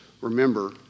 remember